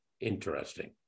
interesting